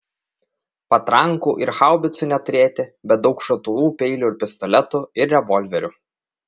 patrankų ir haubicų neturėti bet daug šautuvų ir peilių pistoletų ir revolverių